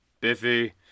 Biffy